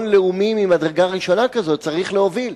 לאומי ממדרגה ראשונה כזאת צריך להוביל.